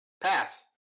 Pass